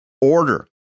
order